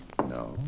No